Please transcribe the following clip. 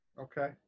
Okay